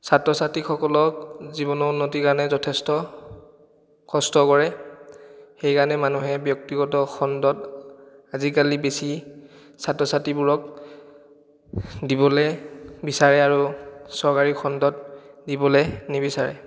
ছাত্ৰ ছাত্ৰীসকলক জীৱনৰ উন্নতিৰ কাৰণে যথেষ্ট কষ্ট কৰে সেইকাৰণে মানুহে ব্যক্তিগত খণ্ডত আজিকালি বেছি ছাত্ৰ ছাত্ৰীবোৰক দিবলৈ বিচাৰে আৰু চৰকাৰী খণ্ডত দিবলৈ নিবিচাৰে